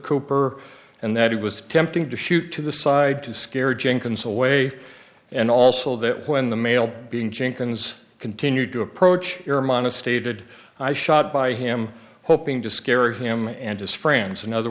cooper and that he was attempting to shoot to the side to scare jenkins away and also that when the male being jenkins continued to approach your mana stated i shot by him hoping to scare him and his friends in other